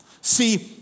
See